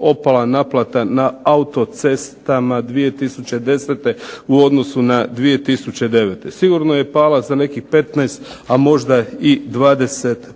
opala naplata na autocestama 2010. u odnosu na 2009. Sigurno je pala za nekih 15 a možda i 20%.